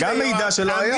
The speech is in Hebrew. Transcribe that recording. זה גם מידע שלא היה.